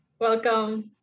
Welcome